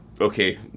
Okay